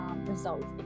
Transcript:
results